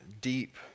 deep